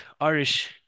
Irish